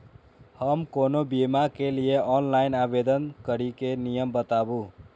हम कोनो बीमा के लिए ऑनलाइन आवेदन करीके नियम बाताबू?